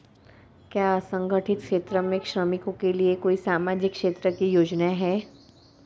क्या असंगठित क्षेत्र के श्रमिकों के लिए कोई सामाजिक क्षेत्र की योजना है?